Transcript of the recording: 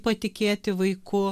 patikėti vaiku